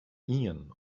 ien